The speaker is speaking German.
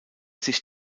sich